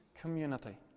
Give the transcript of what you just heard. community